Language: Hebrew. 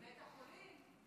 ואת החולים.